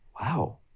wow